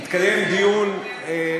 אתה יכול לדבר כמה שאתה רוצה עד שיגיע השר,